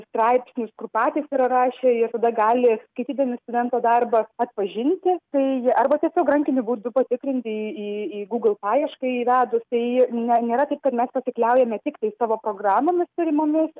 straipsnius kur patys yra rašę ir tada gali skaitydami studento darbą atpažinti tai arba tiesiog rankiniu būdu patikrinti į į į gūgl paiešką įvedus tai ne nėra taip kad mes pasikliaujame tiktai savo programomis turimomis